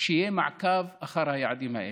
ושיהיה מעקב אחר היעדים האלה.